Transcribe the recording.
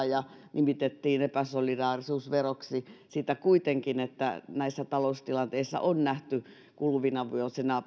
ja nimitettiin epäsolidaarisuusveroksi sitä että näissä taloustilanteissa on nähty kuluvina vuosina